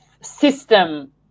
system